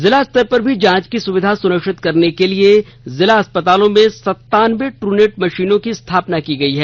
जिला स्तर पर भी जांच की सुविधा सुनिष्वित करने के लिए जिला अस्पतालों में संतान्वे ट्रनेट मशीनों की स्थापना की गयी है